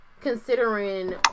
considering